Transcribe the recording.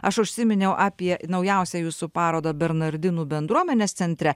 aš užsiminiau apie naujausią jūsų parodą bernardinų bendruomenės centre